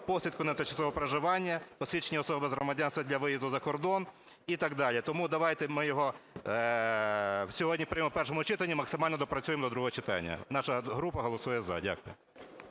посвідку на тимчасове проживання, посвідчення особи без громадянства для виїзду за кордон і так далі. Тому давайте ми його сьогодні приймемо в першому читанні, максимально доопрацюємо до другого читання. Наша група голосує "за". Дякую.